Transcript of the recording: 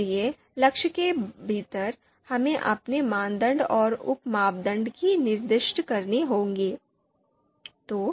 इसलिए लक्ष्य के भीतर हमें अपने मानदंड और उप मापदंड भी निर्दिष्ट करने होंगे